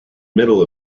middle